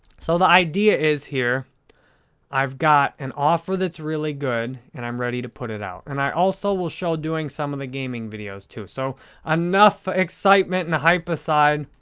so, the idea is here i've got an offer that's really good and i'm ready to put it out. and i also will show doing some of the gaming videos, too, so enough excitement and hype aside.